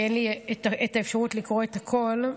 כי אין לי את האפשרות לקרוא את הכול,